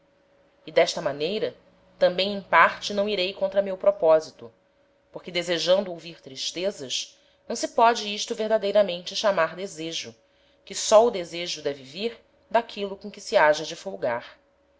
e d'esta maneira tambem em parte não irei contra meu proposito porque desejando ouvir tristezas não se póde isto verdadeiramente chamar desejo que só o desejo deve vir d'aquilo com que se haja de folgar